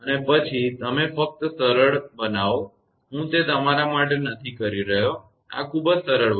અને પછી તમે ફક્ત સરળ બનાવો હું તે તમારા માટે નથી કરી રહ્યો આ ખૂબ જ સરળ વસ્તુ છે